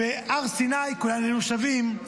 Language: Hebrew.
בהר סיני כולנו היינו שווים,